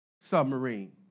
submarine